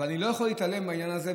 אבל אני לא יכול להתעלם מהעניין הזה,